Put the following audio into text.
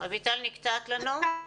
רויטל, נקטעת לנו.